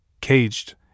Caged